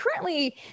currently